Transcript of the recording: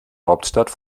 hauptstadt